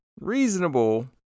Reasonable